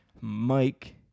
Mike